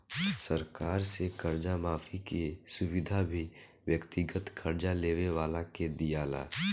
सरकार से कर्जा माफी के सुविधा भी व्यक्तिगत कर्जा लेवे वाला के दीआला